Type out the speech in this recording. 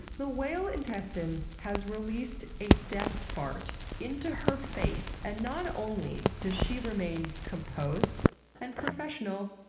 the whale intestine has released a death fart into her face, and not only does she remain composed and professional,